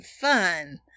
fun